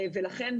ולכן